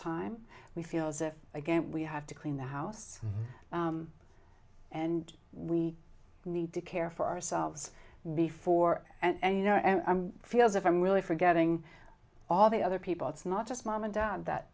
time we feel as if again we have to clean the house and we need to care for ourselves before and you know and i'm feel as if i'm really forgetting all the other people it's not just mom and dad that